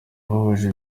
bujuje